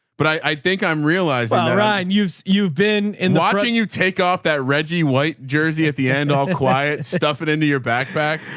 but i think i'm realizing that ryan you've you've been in watching you take off that reggie white jersey at the end, all quiet stuffing into your backpack.